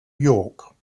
york